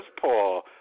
Paul